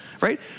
right